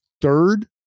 third